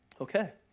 Okay